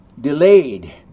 delayed